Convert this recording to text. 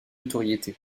notoriété